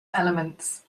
elements